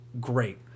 great